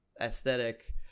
aesthetic